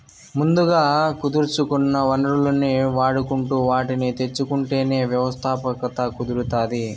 ముందుగా కుదుర్సుకున్న వనరుల్ని వాడుకుంటు వాటిని తెచ్చుకుంటేనే వ్యవస్థాపకత కుదురుతాది